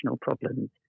problems